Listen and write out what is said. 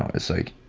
it's like,